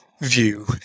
view